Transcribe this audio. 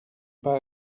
pas